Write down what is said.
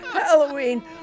Halloween